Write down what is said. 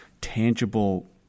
tangible